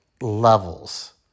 levels